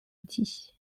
outils